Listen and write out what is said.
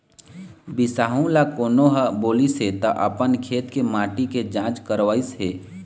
बिसाहू ल कोनो ह बोलिस हे त अपन खेत के माटी के जाँच करवइस हे